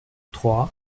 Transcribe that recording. trois